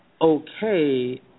okay